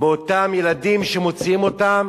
באותם ילדים שמוציאים אותם